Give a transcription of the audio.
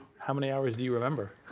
how many hours do you remember?